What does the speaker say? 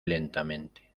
lentamente